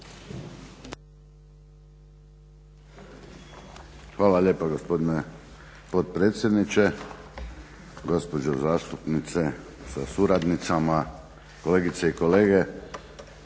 Hvala lijepo gospodine potpredsjedniče, gospođo zastupnice sa suradnicama, kolegice i kolege.